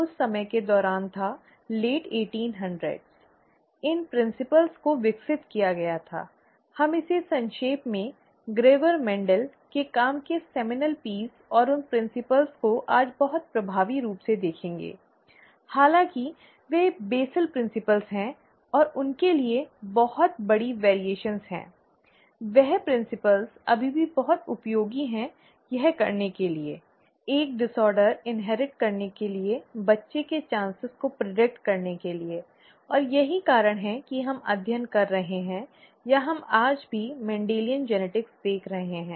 यह उस समय के दौरान था अठारहवीं शताब्दी के उत्तरार्ध में इन सिद्धांतों को विकसित किया गया था हम इसे संक्षेप में ग्रेगर मेंडल के काम के सेमिनल पीस और उन सिद्धांतों को आज बहुत प्रभावी रूप से देखेंगे हालांकि वे बेसल सिद्धांतों हैं और उनके साथ बहुत बड़ी विविधताएं हैं वह सिद्धांत अभी भी बहुत उपयोगी है यह करने के लिए एक विकार इनहेरिट करने के लिए बच्चे के अवसरों को प्रीडिक्ट करने के लिए और यही कारण है कि हम अध्ययन कर रहे हैं या हम आज भी मेंडेलियन जेनेटिक्स देख रहे हैं